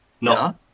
No